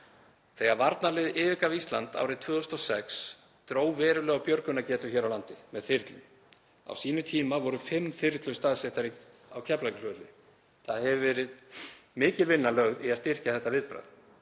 Þegar varnarliðið yfirgaf Ísland árið 2006 dró verulega úr björgunargetu hér á landi með þyrlum. Á sínum tíma voru fimm þyrlur staðsettar á Keflavíkurflugvelli. Það hefur verið mikil vinna lögð í að styrkja þetta viðbragð.